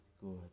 good